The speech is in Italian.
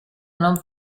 non